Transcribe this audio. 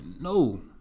no